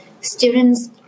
students